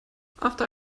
after